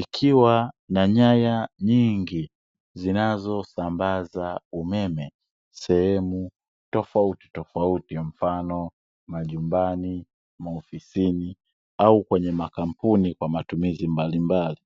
ikiwa na nyaya nyingi zinazosambaza umeme sehemu tofautitofauti; mfano majumbani, maofisini au kwenye makampuni, kwa matumizi mbalimbali.